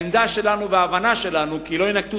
העמדה שלנו וההבנה שלנו הן כי לא יינקטו